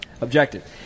objective